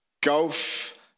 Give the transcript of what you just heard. golf